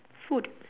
food